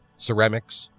ceramics,